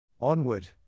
Onward